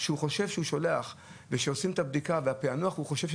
כשהוא חושב שהוא שולח ושעושים את הבדיקה והוא חושב שהפענוח